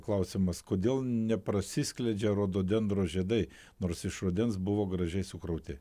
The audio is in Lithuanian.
klausimas kodėl neprasiskleidžia rododendro žiedai nors iš rudens buvo gražiai sukrauti